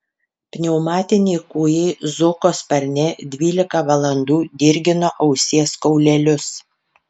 pneumatiniai kūjai zoko sparne dvylika valandų dirgino ausies kaulelius